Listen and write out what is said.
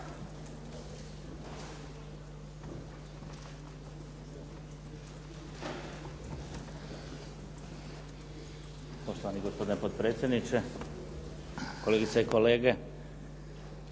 Poštovani gospodine potpredsjedniče, kolegice i kolege.